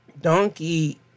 Donkey